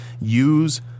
use